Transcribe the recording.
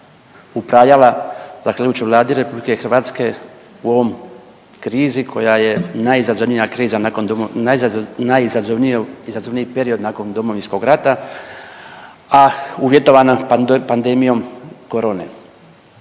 upravljala zahvaljujući Vladi RH u ovom krizi koja je najizazovniji period nakon Domovinskog rata, a uvjetovana pandemijom korone.